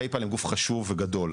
"פייפאל" הם גוף חשוב לוגדול,